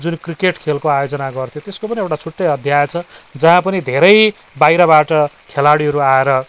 जुन क्रिकेट खेलको आयोजना गर्थ्यो त्यसको पनि एउटा छुट्टै अध्याय छ जहाँ पनि धेरै बाहिरबाट खेलाडीहरू आएर